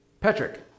patrick